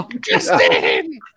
Justin